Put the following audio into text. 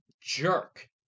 jerk